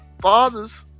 fathers